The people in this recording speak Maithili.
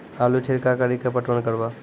आलू छिरका कड़ी के पटवन करवा?